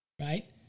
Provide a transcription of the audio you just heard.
right